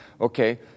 Okay